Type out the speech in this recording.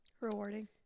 Rewarding